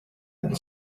and